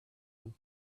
him